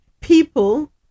people